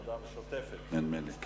בעד, 20, אין מתנגדים ואין נמנעים.